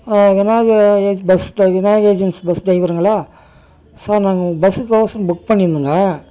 Vinayaka agency bus டிரை Vinayaka agency bus டிரைவருங்களா sir நாங்கள் உங்கள் பஸ்ஸுக்கோசரம் புக் பண்ணியிருந்தோங்க